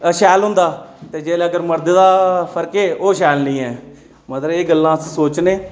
शैल होंदा ते जे जे अगर मर्दे दा फड़के ओह् शैल नी ऐ मतलब एह् गल्लां अस सोचने